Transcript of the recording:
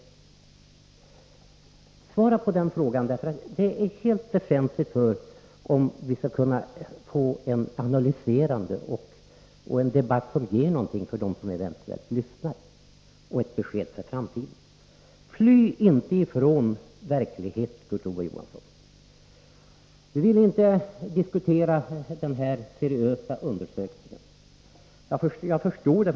Svara på den frågan! Det är nämligen helt avgörande för om vi skall kunna få en debatt som är analyserande och som ger något för dem som eventuellt lyssnar. Det vore bra om vi kunde få ett besked för framtiden. Fly inte från verkligheten, Kurt Ove Johansson! Kurt Ove Johansson vill inte diskutera den här åberopade seriösa undersökningen. Jag förstår det.